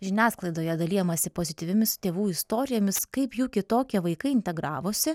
žiniasklaidoje dalijamasi pozityviomis tėvų istorijomis kaip jų kitokie vaikai integravosi